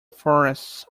forests